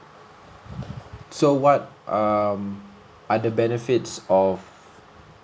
so what um other benefits of